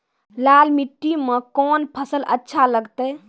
लाल मिट्टी मे कोंन फसल अच्छा लगते?